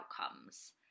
outcomes